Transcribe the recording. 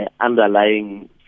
Underlying